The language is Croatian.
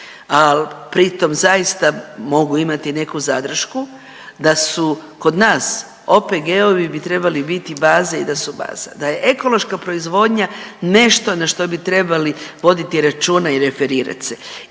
ali pritom zaista mogu imati i neku zadršku da su kod nas OPG-ovi bi trebali biti baza i da su baza, da je ekološka proizvodnja nešto na što bi trebali voditi računa i referirati se.